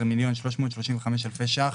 14.335 מיליון שקלים,